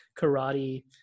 karate